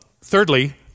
thirdly